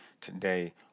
today